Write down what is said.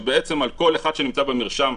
שבעצם על כל אחד שנמצא במרשם,